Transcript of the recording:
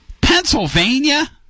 Pennsylvania